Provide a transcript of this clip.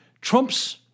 Trump's